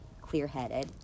clear-headed